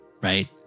right